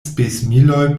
spesmiloj